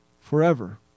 forever